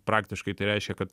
praktiškai tai reiškė kad